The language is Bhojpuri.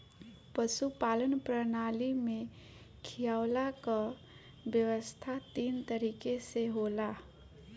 पशुपालन प्रणाली में खियवला कअ व्यवस्था तीन तरीके से होला